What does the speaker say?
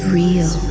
real